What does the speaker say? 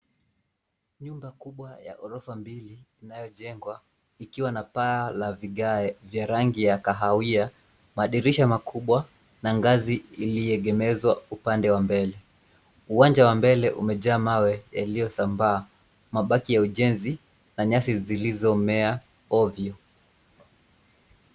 Nyumba kubwa ya ghorofa mbili, inayojengwa, ikiwa na paa la vigae vya rangi ya kahawia, madirisha makubwa, na ngazi iliyoegemezwa upande wa mbele. Uwanja wa mbele, umejaa mawe yaliyosambaa, mabaki ya ujenzi, na nyasi zilizomea ovyo.